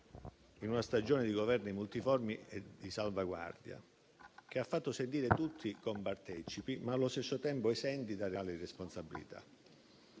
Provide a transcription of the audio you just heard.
in una stagione di Governi multiformi di salvaguardia, che ha fatto sentire tutti compartecipi, ma allo stesso tempo esenti da reali responsabilità.